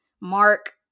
Mark